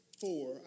Four